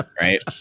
right